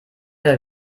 oder